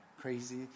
crazy